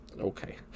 Okay